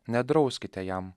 nedrauskite jam